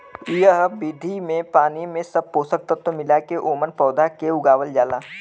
एह विधि में पानी में सब पोषक तत्व मिला के ओमन पौधा के उगावल जाला